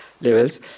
levels